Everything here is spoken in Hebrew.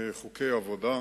חוקי עבודה.